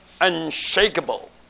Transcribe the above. unshakable